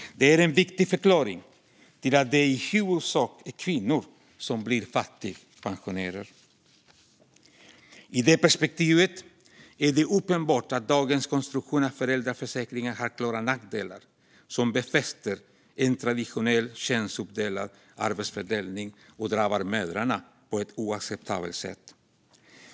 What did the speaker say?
Det är en viktig förklaring till att det i huvudsak är kvinnor som blir fattigpensionärer. I detta perspektiv är det uppenbart att dagens konstruktion av föräldraförsäkringen har klara nackdelar som befäster en traditionell könsuppdelad arbetsfördelning och drabbar mödrarna på ett oacceptabelt sätt.